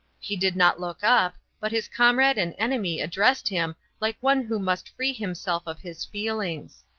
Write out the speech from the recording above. he did not look up, but his comrade and enemy addressed him like one who must free himself of his feelings.